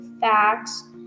facts